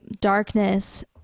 darkness